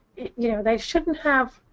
you know, they shouldn't have